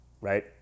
right